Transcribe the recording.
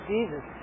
Jesus